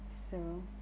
so